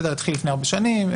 זה התחיל לפני הרבה שנים.